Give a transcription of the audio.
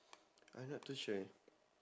I not too sure